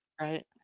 right